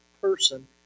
person